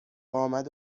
آمد